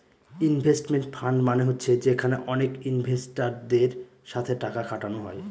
investment fund মানে হচ্ছে যেখানে অনেক ইনভেস্টারদের সাথে টাকা খাটানো হয়